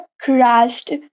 crashed